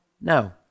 No